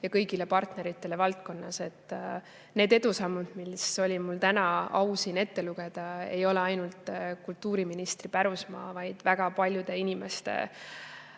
ja kõigile partneritele valdkonnas. Need edusammud, mis oli mul täna au siin ette lugeda, ei ole ainult kultuuriministri pärusmaa, vaid [on saavutatud] väga paljude inimeste